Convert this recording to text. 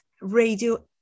radio